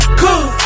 cool